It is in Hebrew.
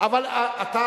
אבל זו לא לוגיקה.